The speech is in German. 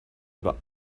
über